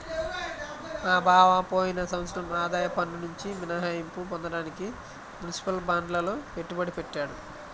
మా బావ పోయిన సంవత్సరం ఆదాయ పన్నునుంచి మినహాయింపు పొందడానికి మునిసిపల్ బాండ్లల్లో పెట్టుబడి పెట్టాడు